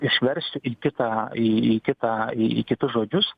išversiu į kitą į kitą į kitus žodžius